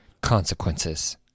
consequences